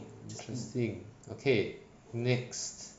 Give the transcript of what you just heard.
interesting okay next